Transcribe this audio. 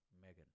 Megan